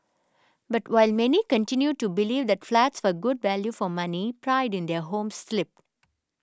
but while many continued to believe that flats were good value for money pride in their homes slipped